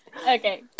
okay